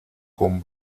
con